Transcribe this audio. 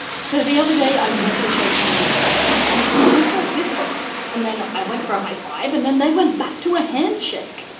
so the other day i went to shake someone's hand and they went for a fistbump and then i went for a high five and then they went back to a handshake.